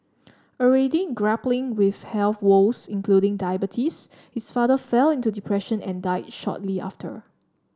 already grappling with health woes including diabetes his father fell into depression and die shortly after